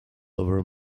over